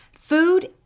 Food